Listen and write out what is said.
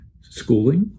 schooling